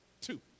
two